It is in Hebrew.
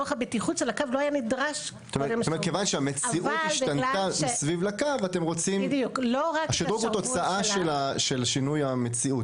זאת אומרת שהשינוי הוא תוצאה של שינוי המציאות,